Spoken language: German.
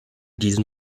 diesen